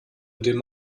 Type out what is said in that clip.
indem